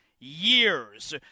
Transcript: Years